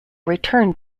returned